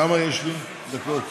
כמה דקות יש לי?